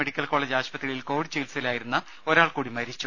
medical college ആശുപത്രിയിൽ Covid ചികിത്സയിലായിരുന്ന ഒരാൾകൂടി മരിച്ചു